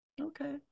Okay